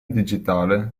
digitale